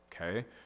okay